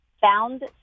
found